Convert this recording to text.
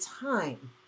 time